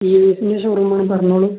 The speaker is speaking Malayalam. ഈ വിസിൻ് ഷോറൂമാണ് പറഞ്ഞോളൂ